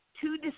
two